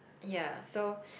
ya so